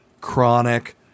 chronic